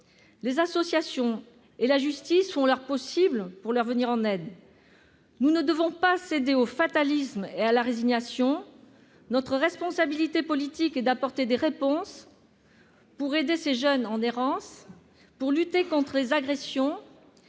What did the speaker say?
Les associations et la justice font leur possible pour leur venir en aide. Nous ne devons pas céder au fatalisme et à la résignation. Notre responsabilité politique est d'apporter des réponses pour aider ces jeunes en errance, pour lutter contre les agressions